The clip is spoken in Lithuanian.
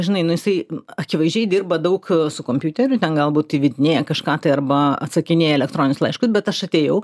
žinai nu jisai akivaizdžiai dirba daug su kompiuteriu ten galbūt įvedinėja kažką tai arba atsakinėja elektroninius laiškus bet aš atėjau